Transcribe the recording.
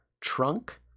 trunk